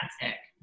Fantastic